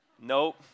nope